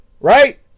Right